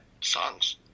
songs